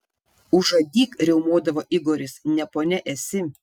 užadyk riaumodavo igoris ne ponia esi